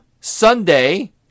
Sunday